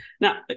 now